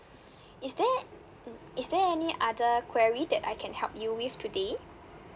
is there mm is there any other query that I can help you with today